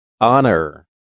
honor